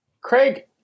Craig